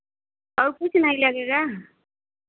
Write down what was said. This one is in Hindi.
और कुछ नहीं लगेगा